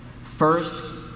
first